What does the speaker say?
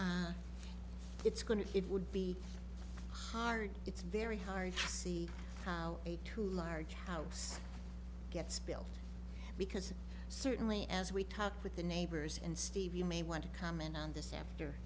it's going to it would be hard it's very hard to see how a too large house gets built because certainly as we talk with the neighbors and steve you may want to comment on this after